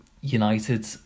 United